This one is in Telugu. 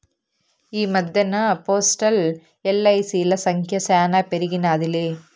ఈ మద్దెన్న పోస్టల్, ఎల్.ఐ.సి.ల సంఖ్య శానా పెరిగినాదిలే